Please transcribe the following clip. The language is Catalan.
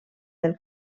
del